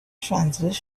transverse